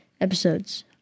episodes